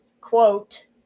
quote